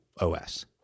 OS